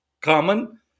common